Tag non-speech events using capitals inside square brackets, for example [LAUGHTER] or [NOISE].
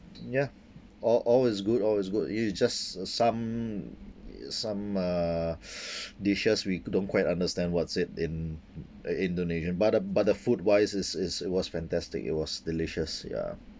ya all all is good all is good it's just some uh [NOISE] dishes we couldn't quite understand what's it in uh indonesian but uh but the food wise is is it was fantastic it was delicious ya